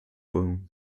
bone